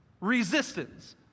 resistance